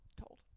told